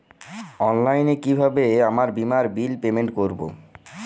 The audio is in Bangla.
অনলাইনে কিভাবে আমার বীমার বিল পেমেন্ট করবো?